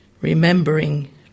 remembering